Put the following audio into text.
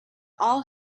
all